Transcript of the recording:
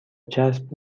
چسب